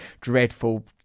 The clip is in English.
dreadful